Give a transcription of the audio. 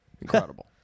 Incredible